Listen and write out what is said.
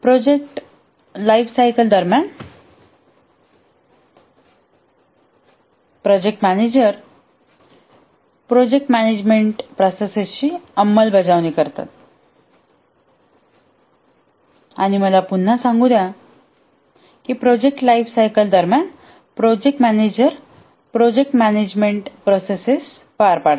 project lifecycle दरम्यान project manager project management प्रोसेसेसची अंमलबजावणी करतात आणि मला पुन्हा पुन्हा सांगू द्या प्रोजेक्ट लाइफसायकल दरम्यान project manager project management process पार पाडतात